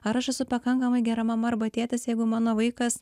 ar aš esu pakankamai gera mama arba tėtis jeigu mano vaikas